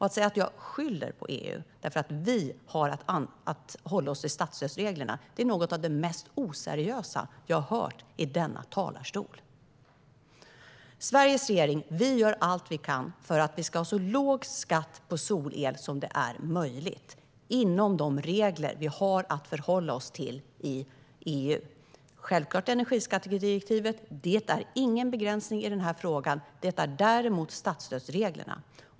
Att säga att jag skyller på EU för att vi är skyldiga att hålla oss till statsstödsreglerna är något av det mest oseriösa jag har hört i denna talarstol. Sveriges regering gör allt den kan för att vi ska ha så låg skatt som möjligt på solel inom de EU-regler vi har att förhålla oss till. Energiskattedirektivet utgör självklart ingen begränsning i denna fråga. Det gör dock statsstödsreglerna.